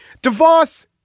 DeVos